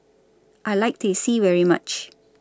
I like Teh C very much